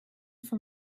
from